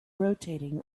rotating